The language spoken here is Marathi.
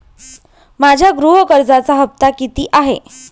माझ्या गृह कर्जाचा हफ्ता किती आहे?